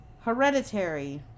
Hereditary